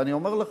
ואני אומר לך,